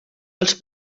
als